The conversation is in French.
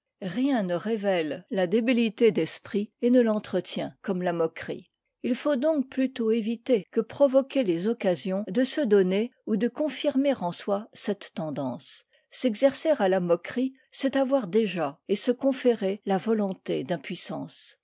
rien ne révèle la débilité d'esprit et ne l'entretient comme la moquerie il faut donc plutôt éviter que provoquer les occasions de se donner ou de confirmer en soi cette tendance s'exercer à la moquerie c'est avoir déjà et se conférer la volonté d'impuissance